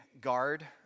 guard